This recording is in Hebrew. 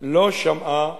לא שמעה